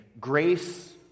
Grace